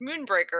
Moonbreaker